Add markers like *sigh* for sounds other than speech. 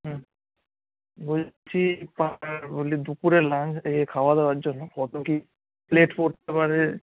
হুম বলছি *unintelligible* বলি দুপুরের লাঞ্চ এ খাওয়া দাওয়ার জন্য কত কী প্লেট পড়তে পারে